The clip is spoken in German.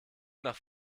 nach